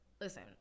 listen